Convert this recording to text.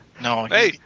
No